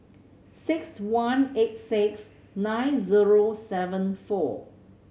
six one eight six nine zero seven four